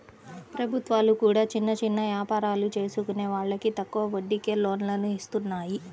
ప్రభుత్వాలు కూడా చిన్న చిన్న యాపారాలు చేసుకునే వాళ్లకి తక్కువ వడ్డీకే లోన్లను ఇత్తన్నాయి